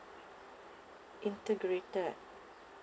integrated